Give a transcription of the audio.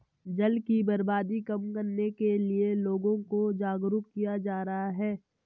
जल की बर्बादी कम करने के लिए लोगों को जागरुक किया जा रहा है